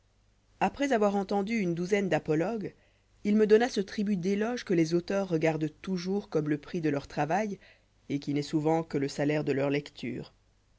après avoir entendu une douzaine d'apologues il me donna ce tribut d'éloges que les auteurs regardent toujours comme le prix de leur travail et qui n'est souvent que lé salaire de leur lecture